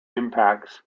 impacts